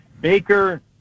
Baker